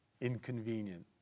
inconvenient